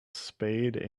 spade